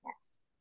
Yes